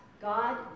God